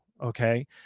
okay